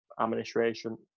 administration